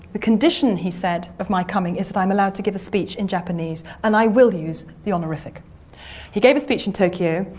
the condition he said, said, of my coming is that i'm allowed to give a speech in japanese, and i will use the honorific he gave a speech in tokyo.